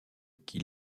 qui